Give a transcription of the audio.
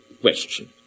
question